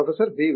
professor B